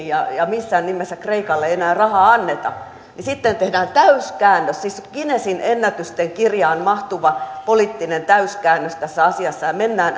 ja ja missään nimessä kreikalle ei enää rahaa anneta ja sitten tehdään täyskäännös siis guinnessin ennätysten kirjaan mahtuva poliittinen täyskäännös tässä asiassa ja mennään